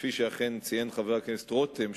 כפי שאכן ציין חבר הכנסת רותם,